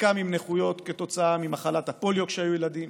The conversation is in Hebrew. חלקם עם נכויות כתוצאה ממחלת הפוליו כשהיו ילדים,